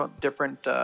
different